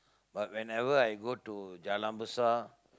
but whenever I go to Jalan-Besar